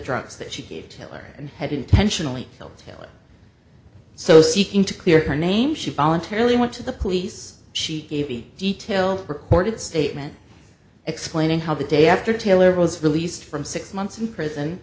drugs that she gave taylor and had intentionally killed caylee so seeking to clear her name she voluntarily went to the police she gave a detailed recorded statement explaining how the day after taylor was released from six months in prison